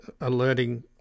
alerting